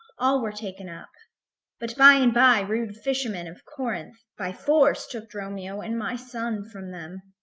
all were taken up but by and by rude fishermen of corinth by force took dromio and my son from them,